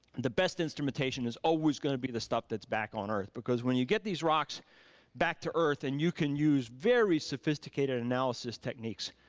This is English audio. the best instrumentation is always gonna be the stuff that's back on earth. because when you get these rocks back to earth and you can use very sophisticated analysis techniques,